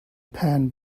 pan